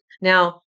Now